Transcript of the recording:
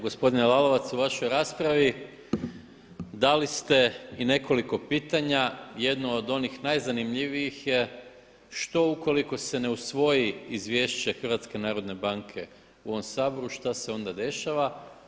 Gospodine Lalovac u vašoj raspravi dali ste i nekoliko pitanja, jedno od onih najzanimljivijih je što ukoliko se ne usvoji Izvješće HNB-a u ovom Saboru, što se onda dešava?